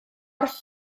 gorff